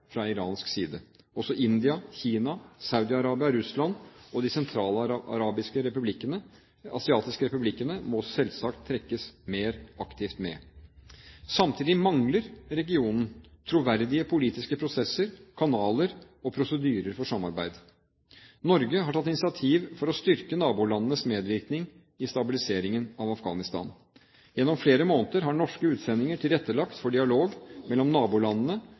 fra iransk side. Også India, Kina, Saudi-Arabia, Russland og de sentralasiatiske republikkene må selvsagt trekkes mer aktivt med. Samtidig mangler regionen troverdige politiske prosesser, kanaler og prosedyrer for samarbeid. Norge har tatt initiativ for å styrke nabolandenes medvirkning i stabiliseringen av Afghanistan. Gjennom flere måneder har norske utsendinger tilrettelagt for dialog mellom nabolandene